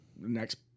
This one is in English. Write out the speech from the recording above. next